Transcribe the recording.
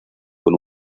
con